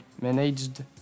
managed